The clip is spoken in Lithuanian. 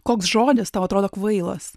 koks žodis tau atrodo kvailas